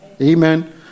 Amen